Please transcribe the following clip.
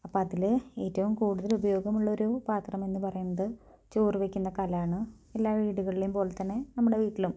അപ്പം അതില് ഏറ്റവും കൂടുതല് ഉപയോഗമുള്ളൊരു പാത്രമെന്ന് പറയുന്നത് ചോറ് വയ്ക്കുന്ന കലമാണ് എല്ലാ വീടുകളിലേയും പോലെ തന്നെ നമ്മുടെ വീട്ടിലും